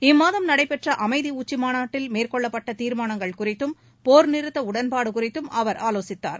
இம்மாதம் நடைபெற்ற அமைதி உச்சி மாநாட்டில் மேற்கொள்ளப்பட்ட தீர்மானங்கள் குறித்தும் போர் நிறுத்த உடன்பாடு குறித்தும் அவர் ஆலோசித்தார்